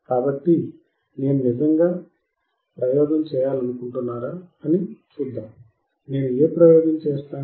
కాబట్టి నేను నిజంగా ప్రయోగం చేయాలనుకుంటున్నారా అని చూద్దాం నేను ఏ ప్రయోగం చేస్తాను